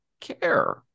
care